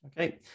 Okay